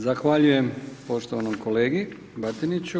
Zahvaljujem poštovanom kolegi Batiniću.